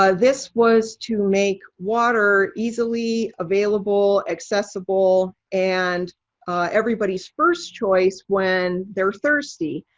ah this was to make water easily available, accessible, and everybody's first choice when they're thirsty.